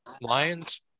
Lions